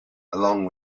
along